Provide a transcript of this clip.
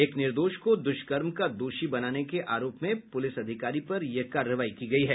एक निर्दोष को दुष्कर्म का दोषी बनाने के आरोप में पूलिस अधिकारी पर यह कार्रवाई की गयी है